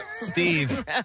Steve